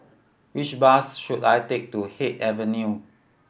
which bus should I take to Haig Avenue